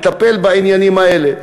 לטפל בעניינים האלה.